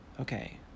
Okay